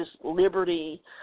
liberty